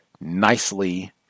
nicely